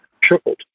tripled